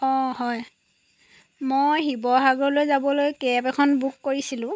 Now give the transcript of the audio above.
অঁ হয় মই শিৱসাগৰলৈ যাবলৈ কেব এখন বুক কৰিছিলোঁ